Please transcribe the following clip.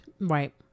Right